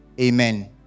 Amen